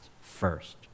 first